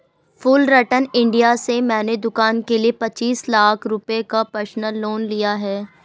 Fullerton India से मैंने दूकान के लिए पचीस लाख रुपये का पर्सनल लोन लिया है